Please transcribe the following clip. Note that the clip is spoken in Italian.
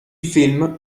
film